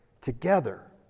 together